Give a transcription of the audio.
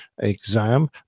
exam